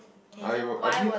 I were I din